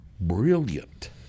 brilliant